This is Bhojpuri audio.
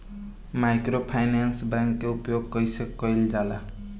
माइक्रोफाइनेंस बैंक के उपयोग कइसे कइल जाला?